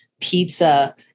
pizza